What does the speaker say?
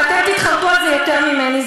ואתם תתחרטו על זה יותר ממני,